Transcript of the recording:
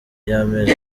y’amezi